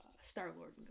Star-Lord